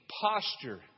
posture